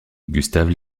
gustave